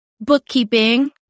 bookkeeping